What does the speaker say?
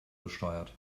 besteuert